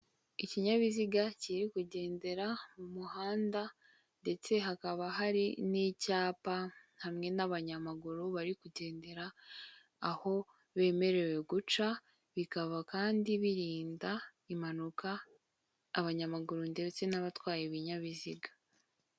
Ikinyabiziga kiri kugendera mu muhanda ndetse hakaba hari n'icyapa hamwe n'abanyamaguru bari kugendera aho bemerewe guca, bikaba kandi birinda impanuka abanyamaguru ndetse n'abatwaye ibinyabiziga.